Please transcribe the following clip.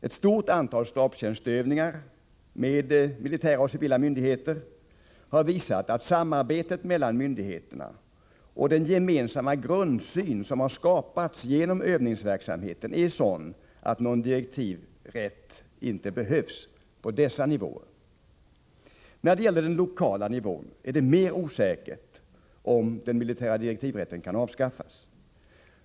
Ett stort antal stabstjänstsövningar med militära och civila myndigheter har visat att samarbetet mellan myndigheterna och den gemensamma grundsyn som har skapats genom övningsverksamheten är av sådan art att någon direktivrätt inte behövs på dessa nivåer. När det gäller den lokala nivån är det mer osäkert om den militära direktivrätten kan avskaffas.